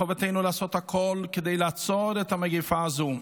חובתנו לעשות הכול כדי לעצור את המגפה הזאת,